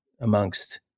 amongst